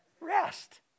rest